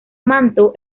manto